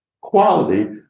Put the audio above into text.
quality